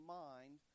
mind